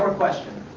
question.